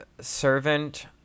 servant